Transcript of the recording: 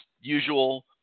usual